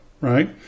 right